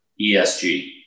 ESG